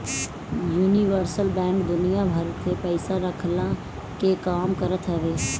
universal bank दुनिया भर के पईसा रखला के काम करत हवे